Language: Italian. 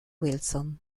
wilson